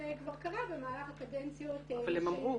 כבר קרה במהלך הקדנציות ש -- אבל הם אמרו,